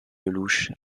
lellouche